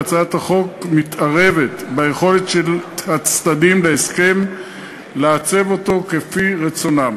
והצעת החוק מתערבת ביכולת של הצדדים להסכם לעצב אותו כפי רצונם.